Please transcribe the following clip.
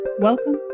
Welcome